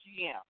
GM